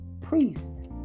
priest